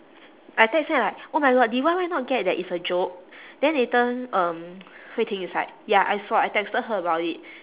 I text say like oh my god did Y_Y not get that it's a joke then later um hui ting is like ya I saw I texted her about it